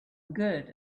good